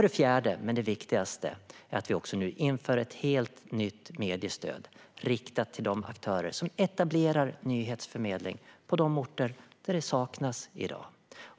Det fjärde och viktigaste är att vi nu inför ett helt nytt mediestöd, riktat till de aktörer som etablerar nyhetsförmedling på de orter där sådan saknas i dag.